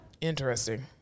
Interesting